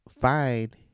find